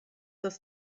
das